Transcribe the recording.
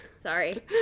Sorry